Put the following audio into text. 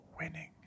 winning